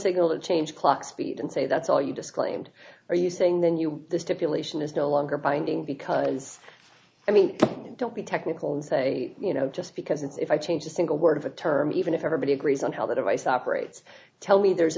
signal to change clock speed and say that's all you disclaimed are you saying then you the stipulation is no longer binding because i mean don't be technical and say you know just because if i change a single word of a term even if everybody agrees on how the device operates tell me there's